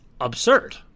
absurd